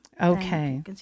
Okay